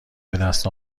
بدست